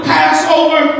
Passover